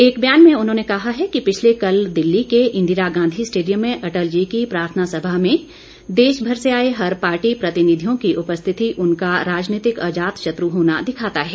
एक बयान में उन्होंने कहा है कि पिछले कल दिल्ली के इंदिरा गांधी स्टेडियम में अटल जी की प्रार्थना सभा में देश भर से आए हर पार्टी प्रतिनिधियों की उपस्थिति उनका राजनीतिक अजात शत्र् होना दिखाता है